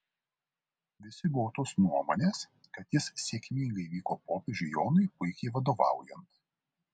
visi buvo tos nuomonės kad jis sėkmingai vyko popiežiui jonui puikiai vadovaujant